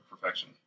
perfection